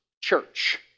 church